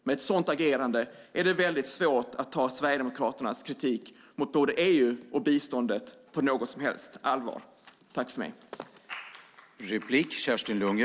Med ett sådant agerande är det svårt att ta Sverigedemokraternas kritik mot både EU och biståndet på något som helst allvar.